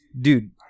Dude